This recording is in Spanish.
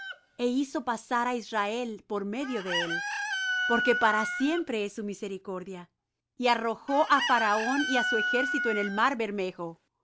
e hizo pasar á israel por medio de él porque para siempre es su misericordia y arrojó á faraón y á su ejército en el mar bermejo